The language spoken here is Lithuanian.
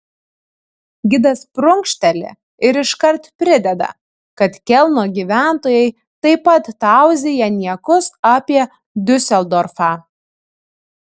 gidas prunkšteli ir iškart prideda kad kelno gyventojai taip pat tauzija niekus apie diuseldorfą